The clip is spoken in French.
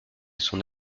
son